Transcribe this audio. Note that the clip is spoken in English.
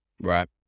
Right